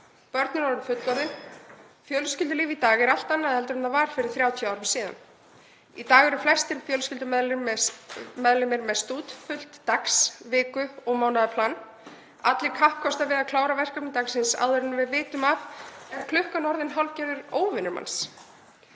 börnin orðin fullorðin. Fjölskyldulíf í dag er allt annað en það var fyrir 30 árum síðan. Í dag eru flestir fjölskyldumeðlimir með stútfullt dags-, viku- og mánaðarplan, allir kappkosta við að klára verkefni dagsins og áður en við vitum af er klukkan orðin hálfgerður óvinur manns.